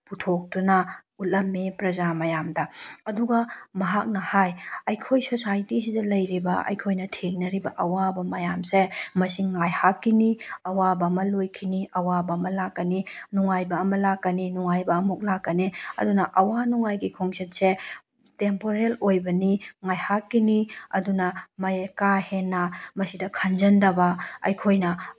ꯄꯨꯊꯣꯛꯇꯨꯅ ꯎꯠꯂꯝꯃꯤ ꯄ꯭ꯔꯖꯥ ꯃꯌꯥꯝꯗ ꯑꯗꯨꯒ ꯃꯍꯥꯛꯅ ꯍꯥꯏ ꯑꯩꯈꯣꯏ ꯁꯣꯁꯥꯏꯇꯤꯁꯤꯗ ꯂꯩꯔꯤꯕ ꯑꯩꯈꯣꯏꯅ ꯊꯦꯡꯅꯔꯤꯕ ꯑꯋꯥꯕ ꯃꯌꯥꯝꯁꯦ ꯃꯁꯤ ꯉꯥꯏꯍꯥꯛꯀꯤꯅꯤ ꯑꯋꯥꯕ ꯑꯃ ꯂꯣꯏꯈꯤꯅꯤ ꯑꯋꯥꯕ ꯑꯃ ꯂꯥꯛꯀꯅꯤ ꯅꯨꯡꯉꯥꯏꯕ ꯑꯃ ꯂꯥꯛꯀꯅꯤ ꯅꯨꯡꯉꯥꯏꯕ ꯑꯃꯨꯛ ꯂꯥꯛꯀꯅꯤ ꯑꯗꯨꯅ ꯑꯋꯥ ꯅꯨꯡꯉꯥꯏꯒꯤ ꯈꯣꯡꯆꯠꯁꯦ ꯇꯦꯝꯄꯣꯔꯦꯜ ꯑꯣꯏꯕꯅꯤ ꯉꯥꯏꯍꯥꯛꯀꯤꯅꯤ ꯑꯗꯨꯅ ꯀꯥ ꯍꯦꯟꯅ ꯃꯁꯤꯗ ꯈꯟꯖꯤꯟꯗꯕ ꯑꯩꯈꯣꯏꯅ